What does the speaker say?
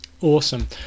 Awesome